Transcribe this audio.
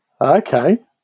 okay